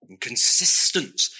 consistent